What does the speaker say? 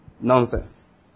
nonsense